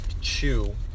chew